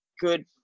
good